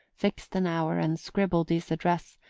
fixed an hour and scribbled his address,